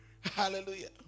Hallelujah